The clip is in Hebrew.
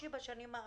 בשנים האחרונות,